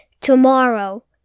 tomorrow